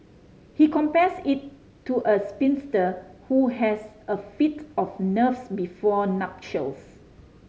he compares it to a spinster who has a fit of nerves before nuptials